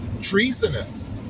treasonous